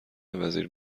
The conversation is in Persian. وزیر